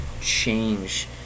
change